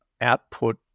output